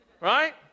right